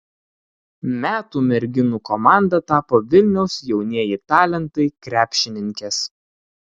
metų merginų komanda tapo vilniaus jaunieji talentai krepšininkės